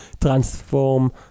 transform